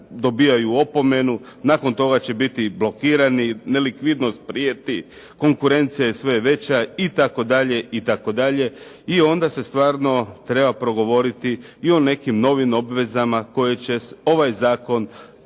dobijaju opomenu, nakon toga će biti blokirani, nelikvidnost prijeti, konkurencija je sve veća itd. I onda se stvarno treba progovoriti i o nekim novim obvezama koje će ovaj zakon